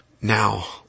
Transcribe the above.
Now